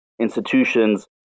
institutions